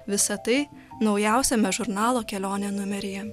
visa tai naujausiame žurnalo kelionė numeryje